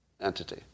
entity